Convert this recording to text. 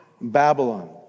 Babylon